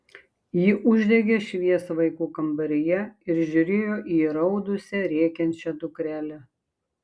ji uždegė šviesą vaikų kambaryje ir žiūrėjo į įraudusią rėkiančią dukrelę